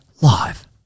live